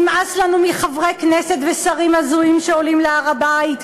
נמאס לנו מחברי כנסת ושרים הזויים שעולים להר-הבית,